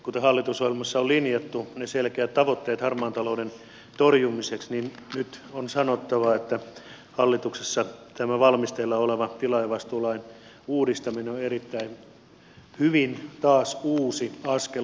kun hallitusohjelmassa on linjattu ne selkeät tavoitteet harmaan talouden torjumiseksi niin nyt on sanottava että hallituksessa tämä valmisteilla oleva tilaajavastuulain uudistaminen on erittäin hyvin taas uusi askel oikeaan suuntaan